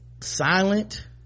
silent